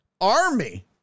Army